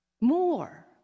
more